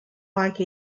like